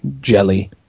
jelly